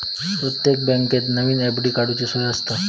प्रत्येक बँकेत नवीन एफ.डी काडूची सोय आसता